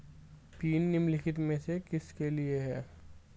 Pin निम्नलिखित में से किसके लिए है?